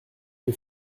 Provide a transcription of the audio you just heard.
que